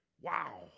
Wow